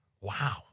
Wow